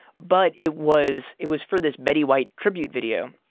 but it was it was for this betty white tribute video.